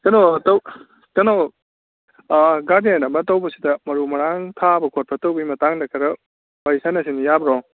ꯀꯩꯅꯣ ꯇꯧ ꯀꯩꯅꯣ ꯒꯥꯔꯗꯦꯟ ꯑꯃ ꯇꯧꯕꯁꯤꯗ ꯃꯔꯨ ꯃꯔꯥꯡ ꯊꯥꯕ ꯈꯣꯠꯄ ꯇꯧꯕꯩ ꯃꯇꯥꯡꯗ ꯈꯔ ꯋꯥꯔꯤ ꯁꯥꯟꯅꯁꯤꯅꯦ ꯌꯥꯕ꯭ꯔꯣ